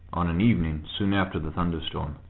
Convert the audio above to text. on an evening soon after the thunderstorm,